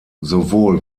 sowohl